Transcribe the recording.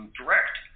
direct